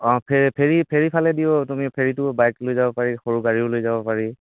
অঁ ফে ferry ferry ফালেদিও তুমি ফেৰিটো বাইক লৈ যাব পাৰি সৰু গাড়ীও লৈ যাব পাৰি